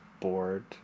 board